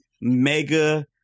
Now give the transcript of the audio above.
mega